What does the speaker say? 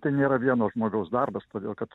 tai nėra vieno žmogaus darbas todėl kad